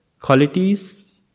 qualities